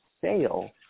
sale